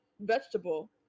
vegetable